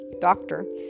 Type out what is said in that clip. doctor